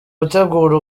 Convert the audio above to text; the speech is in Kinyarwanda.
gutegura